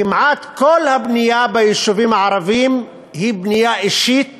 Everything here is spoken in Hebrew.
כמעט כל הבנייה ביישובים הערביים היא בנייה אישית